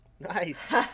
nice